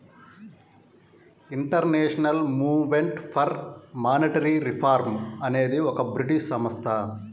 international movement for monetary reform అనేది ఒక British సంస్థ